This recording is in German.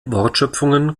wortschöpfungen